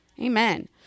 Amen